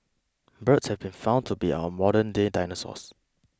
birds have been found to be our modernday dinosaurs